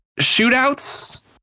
Shootouts